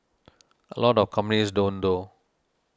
a lot of companies don't though